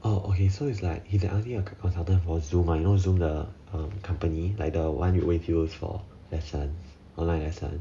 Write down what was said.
oh okay so it's like he's a I_T consultant for Zoom you know Zoom the company like the one you always use for lessons online lessons